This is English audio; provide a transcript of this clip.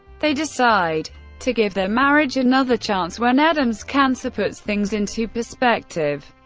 they decide to give their marriage another chance when adam's cancer puts things into perspective.